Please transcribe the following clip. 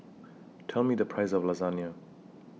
Tell Me The Price of Lasagna